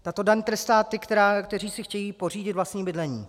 Tato daň trestá ty, kteří si chtějí pořídit vlastní bydlení.